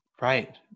Right